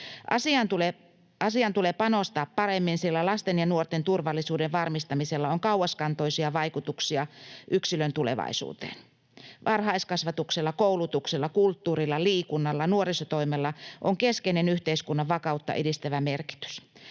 Asiaan tulee panostaa paremmin, sillä lasten ja nuorten turvallisuuden varmistamisella on kauaskantoisia vaikutuksia yksilön tulevaisuuteen. Varhaiskasvatuksella, koulutuksella, kulttuurilla, liikunnalla ja nuorisotoimella on keskeinen yhteiskunnan vakautta edistävä merkitys.